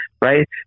right